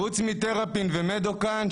פרט לתראפין ומדוקאן,